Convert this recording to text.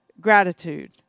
Gratitude